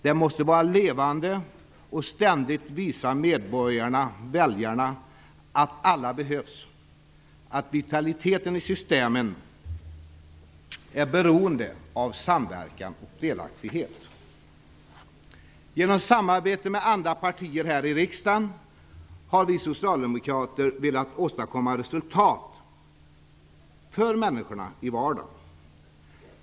Den måste vara levande och ständigt visa medborgarna, väljarna, att alla behövs och att vitaliteten i systemet är beroende av samverkan och delaktighet. Genom samarbete med andra partier här i riksdagen har vi socialdemokrater velat åstadkomma resultat som rör människorna i vardagen.